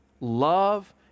love